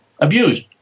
abused